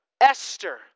Esther